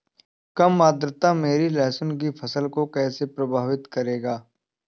कम आर्द्रता मेरी लहसुन की फसल को कैसे प्रभावित करेगा?